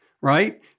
right